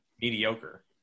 mediocre